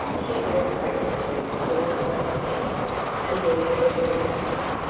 she walked briskly four blocks east and boarded a street car.